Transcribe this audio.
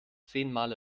zehnmal